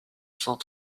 cent